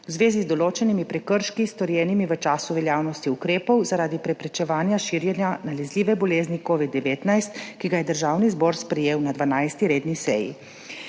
v zvezi z določenimi prekrški, storjenimi v času veljavnosti ukrepov zaradi preprečevanja širjenja nalezljive bolezni COVID-19, ki ga je Državni zbor sprejel na 12. redni seji.